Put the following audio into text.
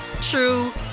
true